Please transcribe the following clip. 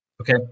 Okay